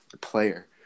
player